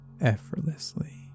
effortlessly